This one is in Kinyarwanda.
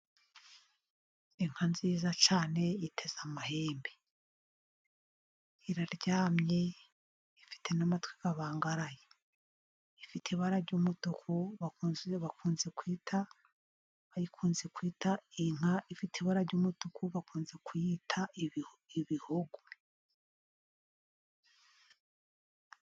Inka nziza cyane, iteze amahembe iraryamye. Ifite n'amatwi abangaraye, ifite ibara ry'umutuku. Iyi nka ifite ibara ry'umutuku bakunze kuyita ibihogo.